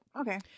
okay